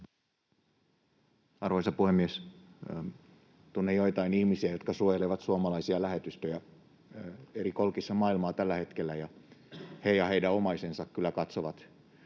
Arvoisa puhemies! Tunnen joitain ihmisiä, jotka suojelevat suomalaisia lähetystöjä eri kolkissa maailmaa tällä hetkellä, ja he ja heidän omaisensa kyllä katsovat